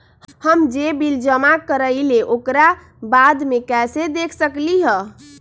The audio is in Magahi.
हम जे बिल जमा करईले ओकरा बाद में कैसे देख सकलि ह?